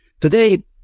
Today